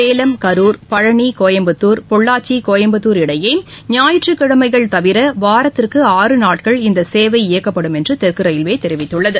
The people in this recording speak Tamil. சேலம் கரூர் பழனி கோயம்புத்தாா பொள்ளாச்சி கோயம்புத்தார் இடையே ஞாயிற்றுக்கிழமைகள் தவிர வாரத்திற்கு ஆறு நாட்கள் இந்த சேவை இயக்கப்படும் என்று தெற்கு ரயில்வே தெரிவித்துள்ளது